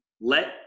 let